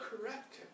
correct